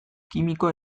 kimiko